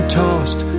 tossed